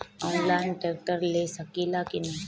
Online tractor ले सकीला कि न?